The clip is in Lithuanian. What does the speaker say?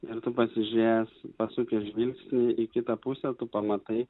ir tu pasižiūrėjęs pasukęs žvilgsnį į kitą pusę tu pamatai